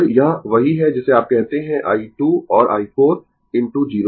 तो यह वही है जिसे आप कहते है i 2 और i 4 इनटू 0